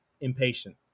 impatient